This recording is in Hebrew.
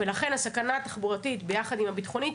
ולכן הסכנה התחבורתית ביחד עם הביטחונית